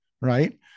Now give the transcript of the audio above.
right